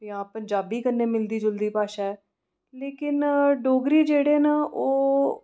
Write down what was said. जां पंजाबी कन्नै मिलदी जुलदी भाशा ऐ लेकिन डोगरे जेह्ड़े न ओह्